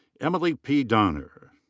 emily p. doner.